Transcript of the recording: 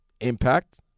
impact